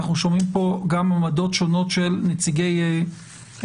אנחנו שומעים פה גם עמדות שונות של נציגים מהציבור.